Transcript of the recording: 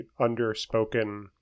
underspoken